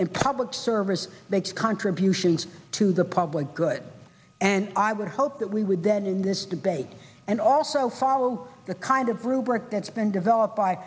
and public service makes contributions to the public good and i would hope that we would then in this debate and also follow the kind of rubric that's been developed by